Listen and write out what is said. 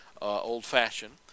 old-fashioned